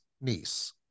niece